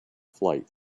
flight